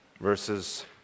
verses